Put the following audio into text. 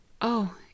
Oh